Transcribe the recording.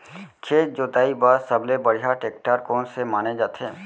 खेत जोताई बर सबले बढ़िया टेकटर कोन से माने जाथे?